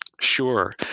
Sure